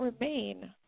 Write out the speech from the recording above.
remain